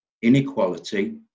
inequality